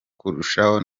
kurushaho